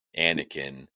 anakin